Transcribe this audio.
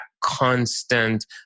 constant